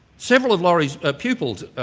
several of laurie's ah pupils,